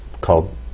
called